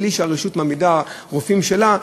בלי שהרשות מעמידה רופאים שלה,